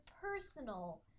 personal